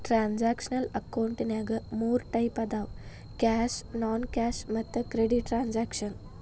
transactional ಅಕೌಂಟಿನ್ಯಾಗ ಮೂರ್ type ಅದಾವ ಕ್ಯಾಶ್ ನಾನ್ ಕ್ಯಾಶ್ ಮತ್ತ ಕ್ರೆಡಿಟ್ ಟ್ರಾನ್ಸಾಕ್ಷನ